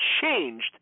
changed